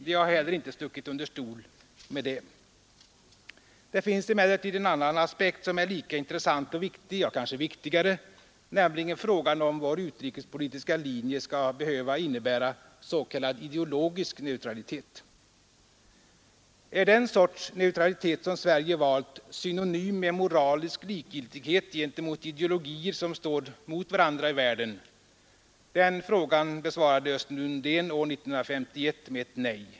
De har heller inte stuckit under stol med det. Det finns emellertid en annan aspekt som är lika intressant och viktig, ja kanske viktigare, nämligen frågan om vår utrikespolitiska linje skall behöva innebära s.k. ideologisk neutralitet. Är den sorts neutralitet som Sverige valt ”synonym med moralisk likgiltighet gentemot ideologier, som står mot varandra i världen”? Den frågan besvarade Östen Undén år 1951 med ett nej.